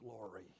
glory